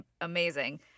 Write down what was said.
amazing